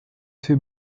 fait